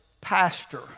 pastor